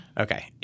Okay